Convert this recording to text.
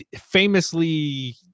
famously